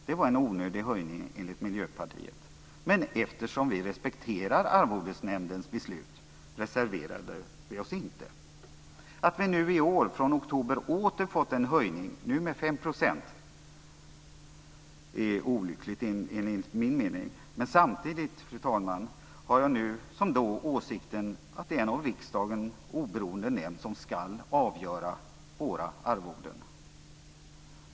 Det var enligt Miljöpartiet en onödig höjning men eftersom vi respekterar Arvodesnämndens beslut reserverade vi oss inte. Att vi i år, i oktober, åter fått en höjning, nu med 5 %, är enligt min mening olyckligt. Samtidigt, fru talman, har jag nu liksom då åsikten att det är en av riksdagen oberoende nämnd som ska avgöra våra arvoden.